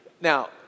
Now